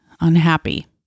unhappy